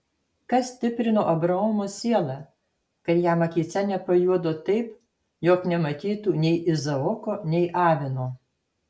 kas stiprino abraomo sielą kad jam akyse nepajuodo taip jog nematytų nei izaoko nei avino